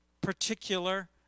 particular